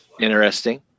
interesting